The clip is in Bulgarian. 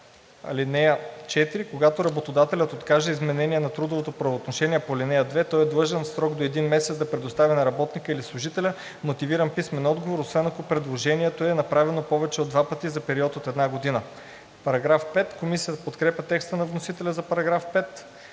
„(4) Когато работодателят откаже изменение на трудовото правоотношение по ал. 2, той е длъжен в срок до един месец да предостави на работника или служителя мотивиран писмен отговор, освен ако предложението е направено повече от два пъти за период от една година.“ Комисията подкрепя текста на вносителя за § 5.